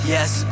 Yes